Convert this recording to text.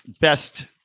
Best